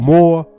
More